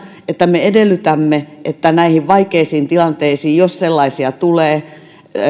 että me edellytämme että näihin vaikeisiin tilanteisiin jos sellaisia tulee